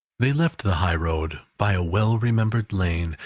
they left the high-road, by a well-remembered lane,